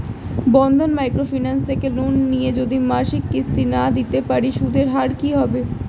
বন্ধন micro finance থেকে loan নিয়ে যদি মাসিক কিস্তি না দিতে পারি সুদের হার কি হবে?